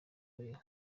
buriho